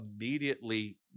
immediately